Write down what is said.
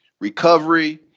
recovery